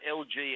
lg